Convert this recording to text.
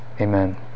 Amen